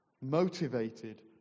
Motivated